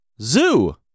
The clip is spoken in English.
Zoo